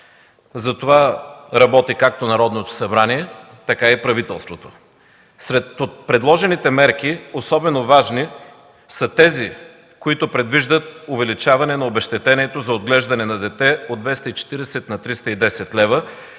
Затова работи както Народното събрание, така и правителството. Сред предложните мерки особено важни са тези, които предвиждат увеличаване на обезщетението за отглеждане на дете от 240 на 310 лв.